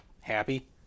Happy